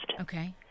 Okay